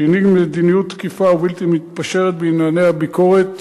שהנהיג מדיניות תקיפה ובלתי מתפשרת בענייני הביקורת,